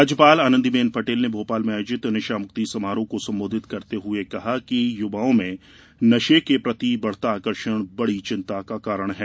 राज्यपाल आनंदीबेन पटेल ने भोपाल में आयोजित नशा मुक्ति समारोह को संबोधित करते हुए कहा है कि युवाओं में नशे के प्रति बढ़ता आकर्षण बड़ी चिंता का कारण है